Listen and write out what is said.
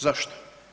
Zašto?